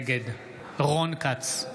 נגד רון כץ,